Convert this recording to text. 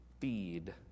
Feed